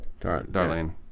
Darlene